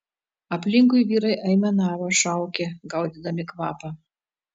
aplinkui vyrai aimanavo šaukė gaudydami kvapą